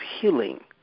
healing